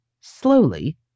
slowly